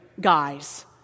guys